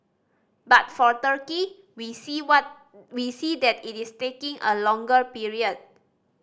but for Turkey we see what we see that it is taking a longer period